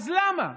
אז למה?